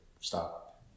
stop